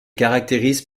caractérise